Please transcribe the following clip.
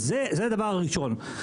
וזה הדבר הראשון.